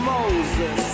Moses